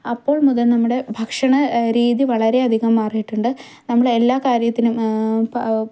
അപ്പോൾ മുതൽ നമ്മുടെ ഭക്ഷണരീതി വളരെയധികം മാറിയിട്ടുണ്ട് നമ്മൾ എല്ലാ കാര്യത്തിനും പ